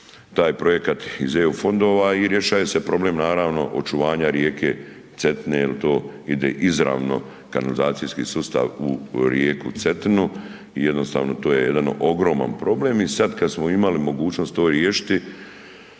taj projekat iz EU fondova i rješava se problem, naravno očuvanja rijeke Cetine jer to ide izravno kanalizacijski sustav u rijeku Cetinu i jednostavno, to je jedan ogroman problem i sad kad smo imali mogućnost to riješiti,